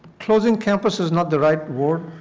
closing campus is not the right word.